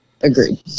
Agreed